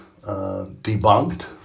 debunked